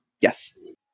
Yes